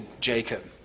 Jacob